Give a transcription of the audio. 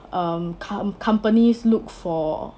um com~ companies look for